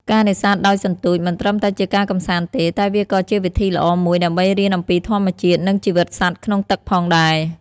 ការនេសាទដោយសន្ទូច មិនត្រឹមតែជាការកម្សាន្តទេ តែវាក៏ជាវិធីល្អមួយដើម្បីរៀនអំពីធម្មជាតិ និងជីវិតសត្វក្នុងទឹកផងដែរ។